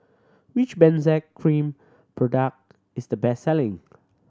which Benzac Cream product is the best selling